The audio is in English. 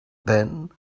then